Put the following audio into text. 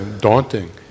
daunting